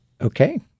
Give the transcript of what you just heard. Okay